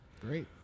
great